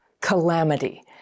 calamity